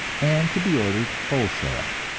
and to be ordered wholesale.